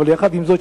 אבל עם זאת,